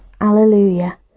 alleluia